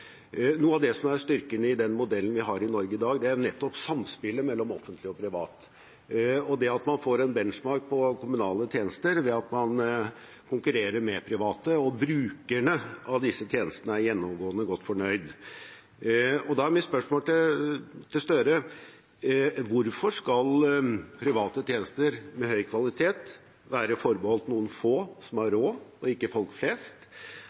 Noe av det som er styrken i den modellen vi har i Norge i dag, er nettopp samspillet mellom offentlig og privat og at man får en benchmark for kommunale tjenester ved at man konkurrerer med private, og brukerne av disse tjenestene er gjennomgående godt fornøyd. Da er mitt spørsmål til representanten Gahr Støre: Hvorfor skal private tjenester med høy kvalitet være forbeholdt noen få som har råd, og ikke folk flest?